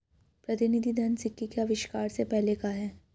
प्रतिनिधि धन सिक्के के आविष्कार से पहले का है